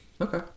okay